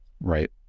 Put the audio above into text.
Right